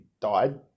died